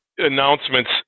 announcements